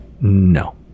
no